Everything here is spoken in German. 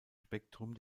spektrum